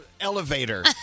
Elevator